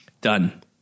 done